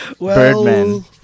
Birdman